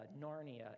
Narnia